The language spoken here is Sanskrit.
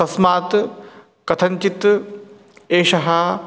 तस्मात् कथञ्चित् एषः